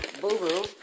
boo-boo